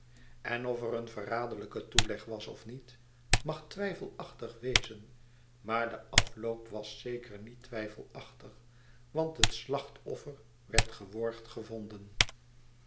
en of er een verraderlijke toeleg was of niet mag twijfelachtig wezen maar de afloop was zeker niet twijfelachtig want het slachtoffer werd geworgd gevonden